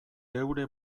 geure